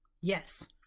Yes